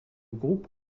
groupe